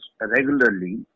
regularly